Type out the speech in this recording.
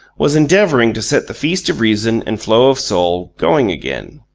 was endeavouring to set the feast of reason and flow of soul going again.